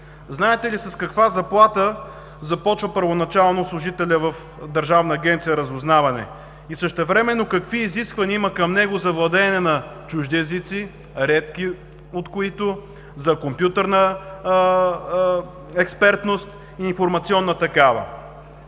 Знаете ли с каква заплата започва първоначално служителят в Държавна агенция „Разузнаване“ и същевременно какви изисквания има към него за владеене на чужди езици, редки от които, за компютърна експертност и информационна такава?